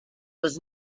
was